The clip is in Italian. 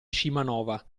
scimanova